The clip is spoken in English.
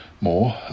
more